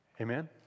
Amen